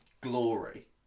glory